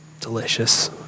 delicious